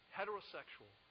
heterosexual